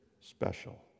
special